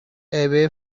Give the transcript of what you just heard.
away